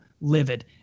livid